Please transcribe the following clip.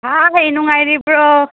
ꯉꯍꯥꯟꯒꯩ ꯅꯨꯡꯉꯥꯏꯔꯤꯕ꯭ꯔꯣ